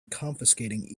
confiscating